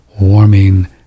warming